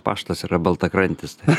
paštas yra baltakrantis tai